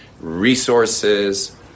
resources